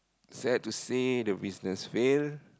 sad to say the business fail